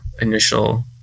initial